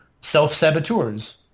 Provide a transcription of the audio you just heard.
self-saboteurs